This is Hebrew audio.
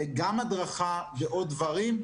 גם הדרכה ועוד דברים.